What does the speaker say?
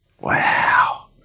Wow